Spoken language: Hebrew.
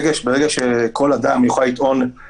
אם אני רוצה להפגין בתהלוכה של מכוניות לכיוון קיסריה,